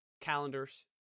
calendars